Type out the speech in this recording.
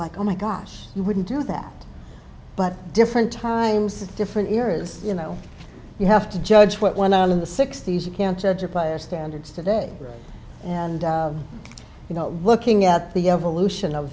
like oh my gosh you wouldn't do that but different times in different areas you know you have to judge what went on in the sixty's you can't judge a player standards today and you know looking at the evolution of